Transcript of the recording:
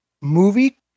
movie